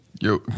Yo